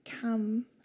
come